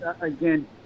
again